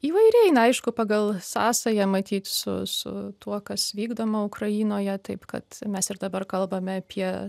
įvairiai na aišku pagal sąsają matyt su su tuo kas vykdoma ukrainoje taip kad mes ir dabar kalbame apie